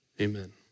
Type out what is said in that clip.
Amen